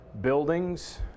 Buildings